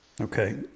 Okay